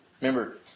Remember